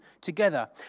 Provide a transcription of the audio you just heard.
together